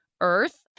Earth